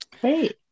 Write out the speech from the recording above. great